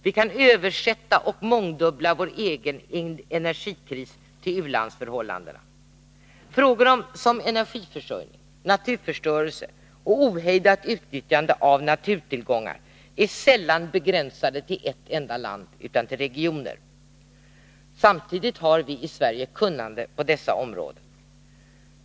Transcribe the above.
Vi kan översätta och mångdubbla vår egen energikris till u-landsförhållandena. Frågor om energiförsörjning, naturförstörelse och ohejdat utnyttjande av naturtillgångar är sällan begränsade till ett enda land utan till regioner. Samtidigt har vi i Sverige kunnande på dessa områden.